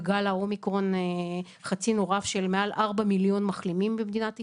בגל האומיקרון חצינו רף של מעל 4 מיליון מחלימים במדינת ישראל.